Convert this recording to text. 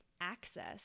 access